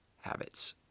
habits